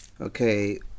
Okay